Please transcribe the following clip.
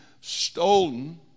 stolen